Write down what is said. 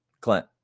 Clint